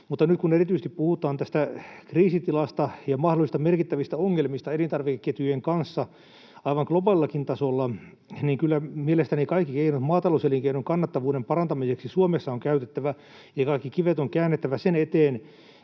Mutta nyt, kun erityisesti puhutaan tästä kriisitilasta ja mahdollisista merkittävistä ongelmista elintarvikeketjujen kanssa aivan globaalillakin tasolla, niin kyllä mielestäni kaikki keinot maatalouselinkeinon kannattavuuden parantamiseksi Suomessa on käytettävä. Ja kaikki kivet on käännettävä sen eteen,